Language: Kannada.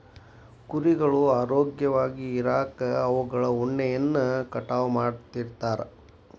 ಕುರಿಗಳು ಆರೋಗ್ಯವಾಗಿ ಇರಾಕ ಅವುಗಳ ಉಣ್ಣೆಯನ್ನ ಕಟಾವ್ ಮಾಡ್ತಿರ್ತಾರ